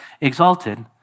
exalted